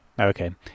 Okay